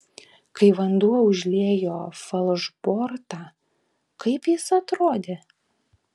kai vanduo užliejo falšbortą kaip jis atrodė